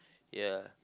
ya